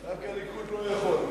רק הליכוד לא יכול.